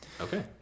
Okay